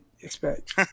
expect